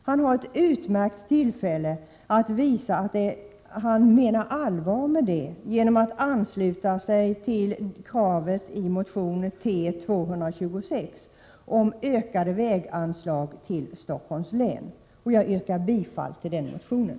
Han har ett utmärkt tillfälle att visa att han menar allvar med det genom att ansluta sig till kravet i motion T226 om ökade väganslag till Stockholms län. Jag yrkar bifall till den motionen.